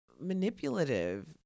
manipulative